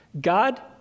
God